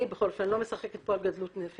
אני בכל אופן לא משחקת פה על גדלות נפש.